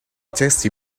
tasty